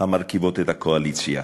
המרכיבות את הקואליציה.